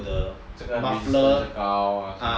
muffler